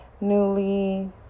newly